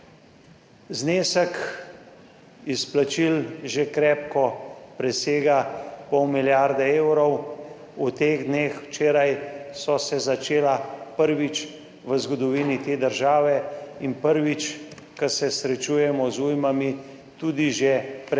Znesek izplačil že krepko presega pol milijarde evrov v teh dneh včeraj so se začela prvič v zgodovini te države in prvič, ko se srečujemo z ujmami tudi že predplačila